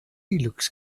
looks